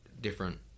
different